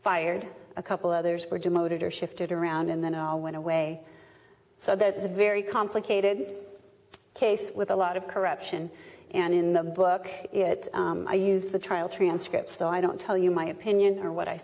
fired a couple others were demoted or shifted around in the no went away so that is a very complicated case with a lot of corruption and in the book it i use the trial transcripts so i don't tell you my opinion or what i